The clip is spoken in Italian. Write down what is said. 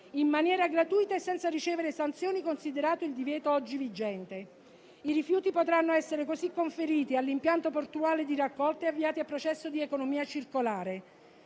in maniera gratuita e senza ricevere sanzioni, considerato il divieto oggi vigente. I rifiuti potranno essere così conferiti all'impianto portuale di raccolta e avviati al processo di economia circolare.